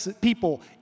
people